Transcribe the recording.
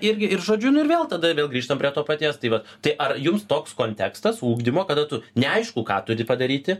irgi ir žodžiu nu ir vėl tada ir vėl grįžtam prie to paties tai vat tai ar jums toks kontekstas ugdymo kada tu neaišku ką turi padaryti